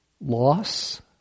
loss